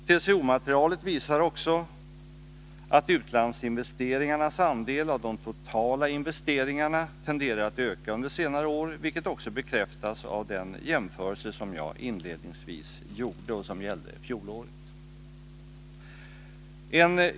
TCO-materialet visar också att utlandsinvesteringarnas andel av de totala investeringarna har tenderat att öka under senare år, vilket också bekräftas av den jämförelse som jag inledningsvis gjorde och som gällde fjolåret.